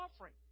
offering